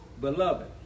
Beloved